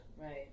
Right